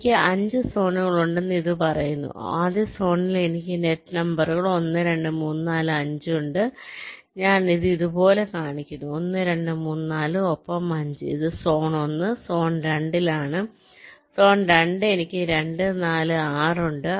എനിക്ക് 5 സോണുകൾ ഉണ്ടെന്ന് ഇത് പറയുന്നു ആദ്യ സോണിൽ എനിക്ക് നെറ്റ് നമ്പറുകൾ 1 2 3 4 5 ഉണ്ട് ഞാൻ ഇത് ഇതുപോലെ കാണിക്കുന്നു 1 2 3 4 ഒപ്പം 5 ഇത് സോൺ 1 സോൺ 2 ലാണ് സോൺ 2 എനിക്ക് 2 4 6 ഉണ്ട്